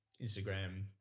Instagram